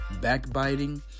backbiting